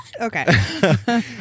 Okay